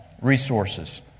resources